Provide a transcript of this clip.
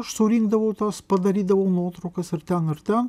aš surinkdavau tuos padarydavau nuotraukas ir ten ir ten